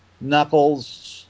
Knuckles